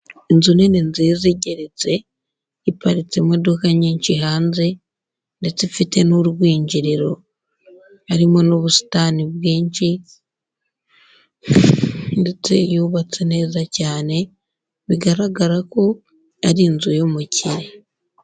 Inzu nini nziza igeretse, iparitsemo imodoka nyinshi hanze ndetse ifite n'urwinjiriro, harimo n'ubusitani bwinshi ndetse yubatse neza cyane bigaragara ko ari inzu y'umukire.